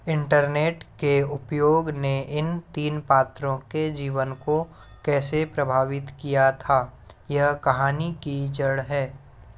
internet के उपयोग ने इन तीन पात्रों के जीवन को कैसे प्रभावित किया था यह कहानी की जड़ है